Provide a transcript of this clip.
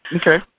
Okay